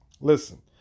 Listen